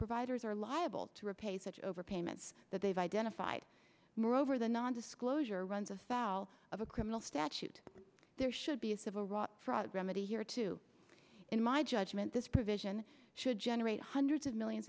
providers are liable to repay such over payments that they've identified moreover the non disclosure runs afoul of a criminal statute there should be a civil rot fraud grama the here too in my judgment this provision should generate hundreds of millions